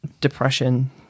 depression